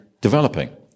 developing